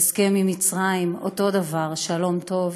ההסכם עם מצרים, אותו דבר, שלום טוב.